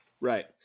Right